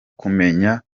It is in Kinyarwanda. kumenya